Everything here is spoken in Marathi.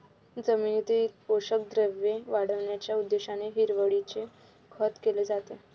जमिनीतील पोषक द्रव्ये वाढविण्याच्या उद्देशाने हिरवळीचे खत केले जाते